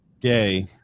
Gay